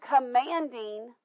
commanding